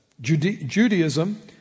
Judaism